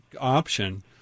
option